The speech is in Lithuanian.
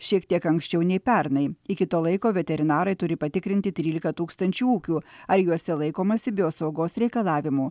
šiek tiek anksčiau nei pernai iki to laiko veterinarai turi patikrinti trylika tūkstančių ūkių ar juose laikomasi biosaugos reikalavimų